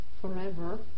forever